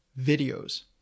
videos